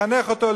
לחנך אותו,